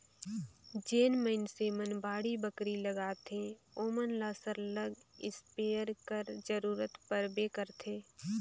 जेन मइनसे मन बाड़ी बखरी लगाथें ओमन ल सरलग इस्पेयर कर जरूरत परबे करथे